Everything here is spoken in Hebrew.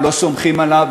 לא סומכים עליו,